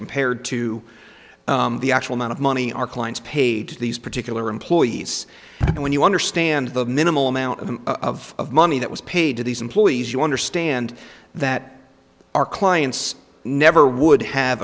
compared to the actual amount of money our clients paid to these particular employees and when you understand the minimal amount of of money that was paid to these employees you understand that our clients never would have